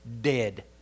dead